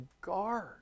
guard